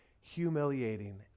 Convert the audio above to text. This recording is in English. humiliating